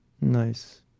Nice